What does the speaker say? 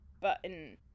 button